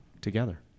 together